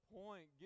point